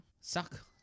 Suck